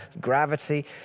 gravity